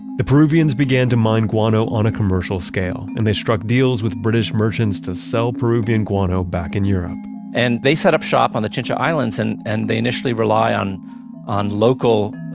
the peruvians began to mind guano on a commercial scale, and they struck deals with british merchants to sell peruvian guano back in europe and they set up shop on the chincha islands, and and they initially rely on on local